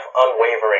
unwavering